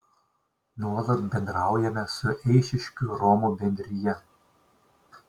nuolat bendraujame su eišiškių romų bendrija